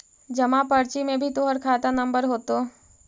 जमा पर्ची में भी तोहर खाता नंबर होतो